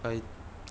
I